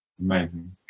Amazing